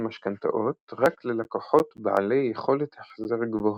משכנתאות רק ללקוחות בעלי יכולת החזר גבוהה,